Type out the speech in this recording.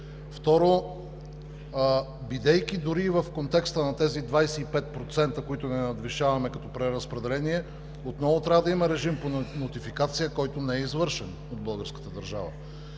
Второ, бидейки дори и в контекста на тези 25%, които не надвишаваме като преразпределение, отново трябва да има режим по нотификация, който не е извършен от българската държава.